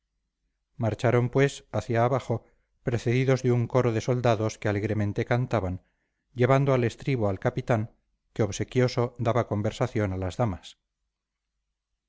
marcharon pues hacia abajo precedidos de un coro de soldados que alegremente cantaban llevando al estribo al capitán que obsequioso daba conversación a las